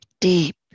deep